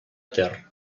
ter